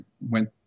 went